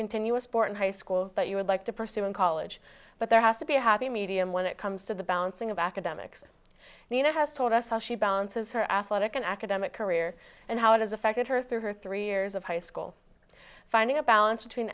continue a sport in high school that you would like to pursue in college but there has to be a happy medium when it comes to the bouncing of academics you know has told us how she bounces her athletic and academic career and how it has affected her through her three years of high school finding a balance between